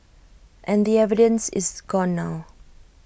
and the evidence is gone now